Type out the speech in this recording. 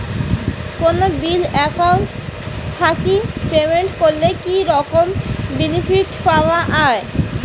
কোনো bill account থাকি payment করলে কি রকম বেনিফিট পাওয়া য়ায়?